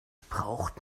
braucht